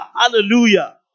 Hallelujah